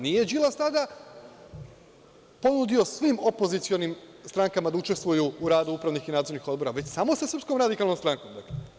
Nije Đilas tada ponudio svim opozicionim strankama da učestvuju u radu upravnih i nadzornih odbora, već samo sa Srpskom radikalnom strankom.